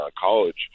college